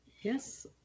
Yes